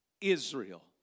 Israel